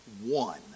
one